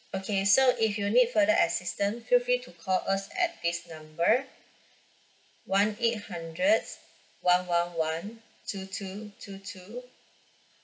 okay so if you need further assistant feel free to call us at this number one eight hundred one one one two two two two